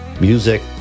music